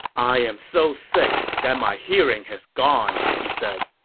i am so sick that my hearing has gone, he said.